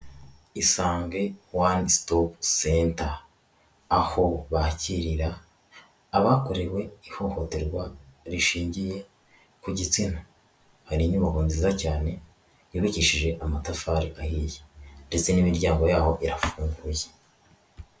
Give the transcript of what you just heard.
Isange wani sitopu senta aho bakirira abakorewe ihohoterwa rishingiye ku gitsina, hari inyubako nziza cyane yubakishije amatafari ahiye ndetse n'imiryango yaho irafunguye.